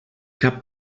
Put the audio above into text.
cap